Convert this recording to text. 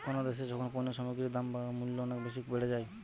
কোনো দ্যাশে যখন পণ্য সামগ্রীর দাম বা মূল্য অনেক বেশি বেড়ে যায়